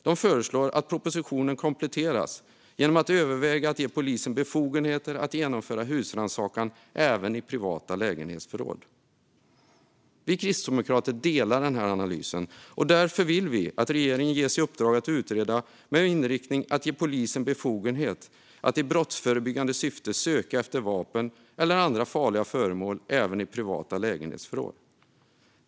De föreslår att propositionen kompletteras genom att överväga att ge polisen befogenheter att genomföra husrannsakan även i privata lägenhetsförråd. Vi kristdemokrater instämmer i denna analys, och därför vill vi att regeringen ges i uppdrag att tillsätta en utredning med inriktning att ge polisen befogenhet att i brottsförebyggande syfte söka efter vapen eller andra farliga föremål även i privata lägenhetsförråd.